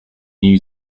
new